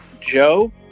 Joe